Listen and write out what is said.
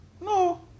No